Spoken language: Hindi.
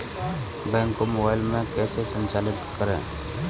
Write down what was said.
बैंक को मोबाइल में कैसे संचालित करें?